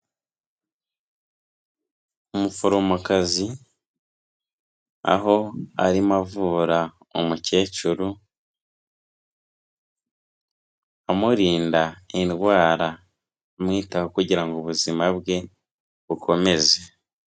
Umuforomokazi aho arimo avura umukecuru amurinda indwara, amwitaho kugira ngo ubuzima bwe bukomeze.